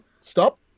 stop